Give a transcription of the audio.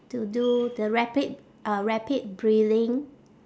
to do the rapid uh rapid breathing